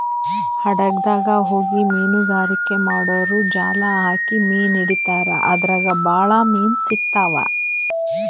ಹಡಗ್ದಾಗ್ ಹೋಗಿ ಮೀನ್ಗಾರಿಕೆ ಮಾಡೂರು ಜಾಲ್ ಹಾಕಿ ಮೀನ್ ಹಿಡಿತಾರ್ ಅದ್ರಾಗ್ ಭಾಳ್ ಮೀನ್ ಸಿಗ್ತಾವ್